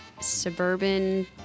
suburban